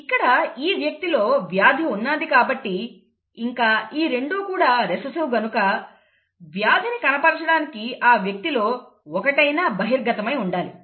ఇక్కడ ఈ వ్యక్తి లో వ్యాధి ఉన్నాది కాబట్టి ఇంకా ఈ రెండూ కూడా రెసెసివ్ గనుక వ్యాధిని కనబరచడానికి ఆ వ్యక్తి లో ఒకటైన బహిర్గతమై ఉండాలి